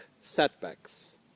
setbacks